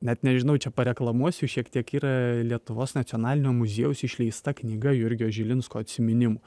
net nežinau čia pareklamuosiu šiek tiek yra lietuvos nacionalinio muziejaus išleista knyga jurgio žilinsko atsiminimų